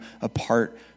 apart